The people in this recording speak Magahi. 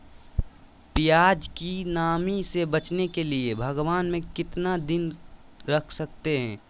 प्यास की नामी से बचने के लिए भगवान में कितना दिन रख सकते हैं?